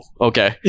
okay